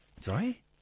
sorry